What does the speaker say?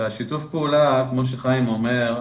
שיתוף הפעולה כמו שחיים אומר,